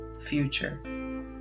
future